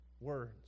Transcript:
Words